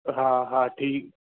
हा हा ठीकु